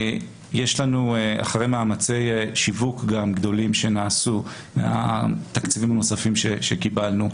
יש לנו אחרי מאמצי שיווק גדולים שנעשו מהתקציבים הנוספים שקיבלנו,